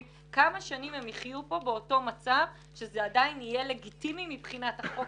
70 באותו מצב שזה עדיין יהיה לגיטימי מבחינת החוק